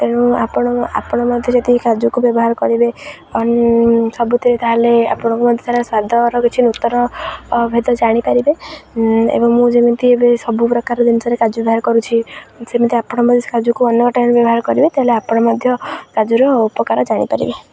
ତେଣୁ ଆପଣ ଆପଣ ମଧ୍ୟ ଯଦି କାଜୁକୁ ବ୍ୟବହାର କରିବେ ସବୁଥିରେ ତା'ହେଲେ ଆପଣଙ୍କୁ ମଧ୍ୟ ତା'ର ସ୍ୱାଦର କିଛି ନୂତନ ଭେଦ ଜାଣିପାରିବେ ଏବଂ ମୁଁ ଯେମିତି ଏବେ ସବୁ ପ୍ରକାର ଜିନିଷରେ କାଜୁ ବ୍ୟବହାର କରୁଛି ସେମିତି ଆପଣ ମଧ୍ୟ କାଜୁକୁ ଅନ୍ୟ ଟାଇମ୍ ବ୍ୟବହାର କରିବେ ତା'ହେଲେ ଆପଣ ମଧ୍ୟ କାଜୁର ଉପକାର ଜାଣିପାରିବେ